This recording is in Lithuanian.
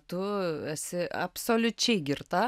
tu esi absoliučiai girta